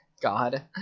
god